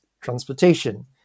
transportation